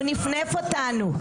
והוא נפנף אותנו.